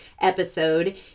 episode